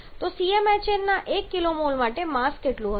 તો CmHn ના 1 kmol માટે માસ કેટલું હશે